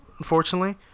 Unfortunately